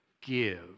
give